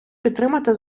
підтримати